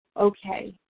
okay